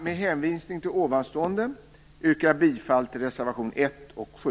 Med hänvisning till det anförda yrkar jag bifall till reservationerna 1 och 7.